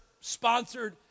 sponsored